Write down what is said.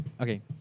okay